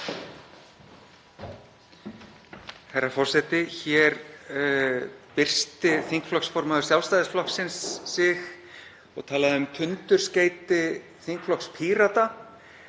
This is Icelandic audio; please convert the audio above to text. Herra forseti. Hér byrsti þingflokksformaður Sjálfstæðisflokksins sig og talaði um tundurskeyti þingflokks Pírata.